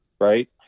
right